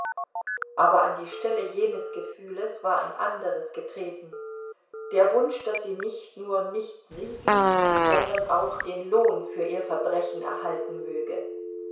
aber an die stelle jenes gefühles war ein anderes getreten der wunsch daß sie nicht nur nicht siegen sondern auch den lohn für ihr verbrechen erhalten möge